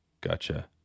Gotcha